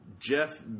Jeff